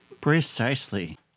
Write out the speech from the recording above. Precisely